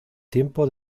tiempo